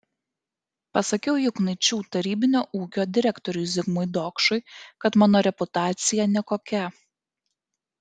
pasakiau juknaičių tarybinio ūkio direktoriui zigmui dokšui kad mano reputacija nekokia